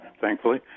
thankfully